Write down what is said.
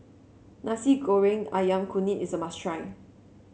Nasi Goreng ayam kunyit is a must try